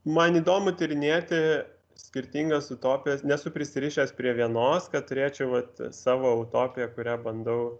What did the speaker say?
man įdomu tyrinėti skirtingas utopijas nesu prisirišęs prie vienos kad turėčiau vat savo utopiją kurią bandau